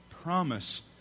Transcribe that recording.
promise